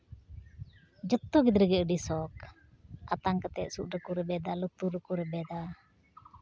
ᱡᱚᱛᱚ ᱜᱤᱫᱽᱨᱟᱹ ᱜᱮ ᱟᱹᱰᱤ ᱥᱚᱠᱷ ᱟᱛᱟᱝ ᱠᱟᱛᱮᱫ ᱥᱩᱫᱽ ᱨᱮᱠᱚ ᱨᱮᱵᱮᱫᱟ ᱞᱩᱛᱩᱨ ᱨᱮᱠᱚ ᱨᱮᱵᱮᱫᱟ